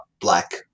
Black